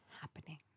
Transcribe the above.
happening